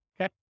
okay